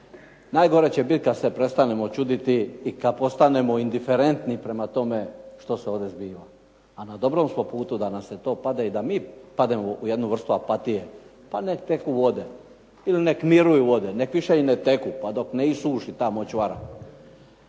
Najgore će biti kad se prestanemo čuditi i kad postanemo indiferentni prema tome što se ovdje zbiva a na dobrom smo putu da nam se to pada i da mi padnemo u jednu vrstu apatije pa neka teku vode, ili nek miruju vode, nek više i ne teku pa dok ne isuši ta močvara.